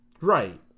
Right